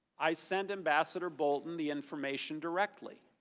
i sent ambassador bolton the information directly.